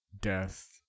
death